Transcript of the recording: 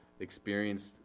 experienced